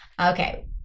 Okay